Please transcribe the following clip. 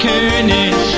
König